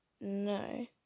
no